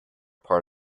part